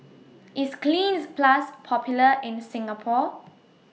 IS Cleanz Plus Popular in Singapore